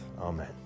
Amen